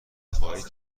خواهید